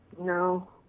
No